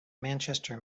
manchester